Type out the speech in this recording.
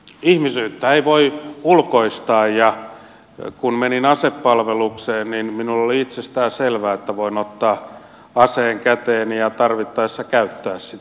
ihmisyyttä ei voi ulkoistaa ja kun menin asepalvelukseen niin minulle oli itsestään selvää että voin ottaa aseen käteeni ja tarvittaessa käyttää sitä